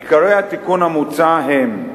עיקרי התיקון המוצע הם: